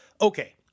Okay